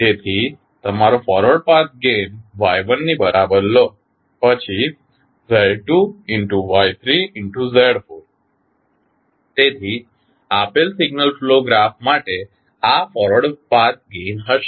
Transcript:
તેથી તમારો forward path gain Y1 ની બરાબર લો પછી Z2 Y3 Z4 તેથી આપેલ સિગ્નલ ફ્લો ગ્રાફ માટે આ ફોરવર્ડ પાથ ગેઇન હશે